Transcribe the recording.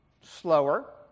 slower